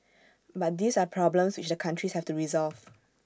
but these are problems which the countries have to resolve